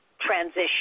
transition